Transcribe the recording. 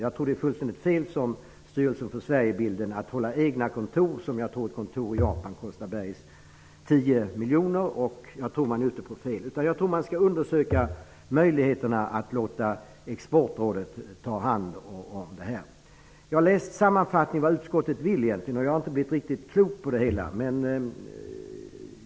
Jag tror att det är fullständigt fel att, som Styrelsen för Sverigebilden, ha egna kontor. Ett kontor i Japan kostar bergis 10 miljoner. Där tror jag att man är fel ute. Man skall undersöka möjligheterna att låta Exportrådet ta hand om detta. Jag har läst sammanfattningen i betänkandet, och jag har inte blivit riktigt klok på vad utskottet vill.